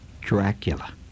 Dracula